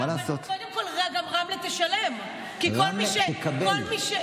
קודם כול, רמלה גם תשלם, כי כל מי,